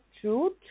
truth